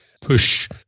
push